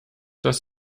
dass